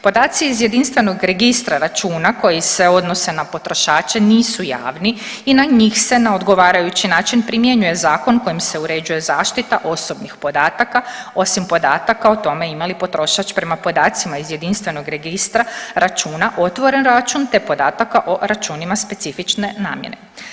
Podaci iz jedinstvenog registra računa koji se odnose na potrošače nisu javni i na njih se na odgovarajući način primjenjuje zakon kojim se uređuje zaštita osobnih podataka osim podataka o tome ima li potrošač prema podacima iz jedinstvenog registra računa otvoren račun, te podataka o računima specifične namjene.